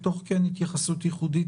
ותוך כן התייחסות ייחודית,